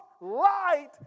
light